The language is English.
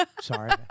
Sorry